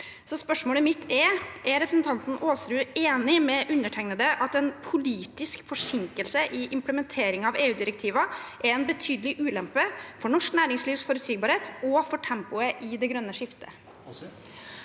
Spørsmålet mitt er: Er representanten Aasrud enig med undertegnede i at en politisk forsinkelse i implementering av EU-direktiver er en betydelig ulempe for norsk næringslivs forutsigbarhet og for tempoet i det grønne skiftet?